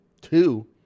Two